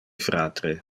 fratre